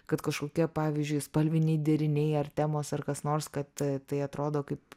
kad kažkokie pavyzdžiui spalviniai deriniai ar temos ar kas nors kad tai atrodo kaip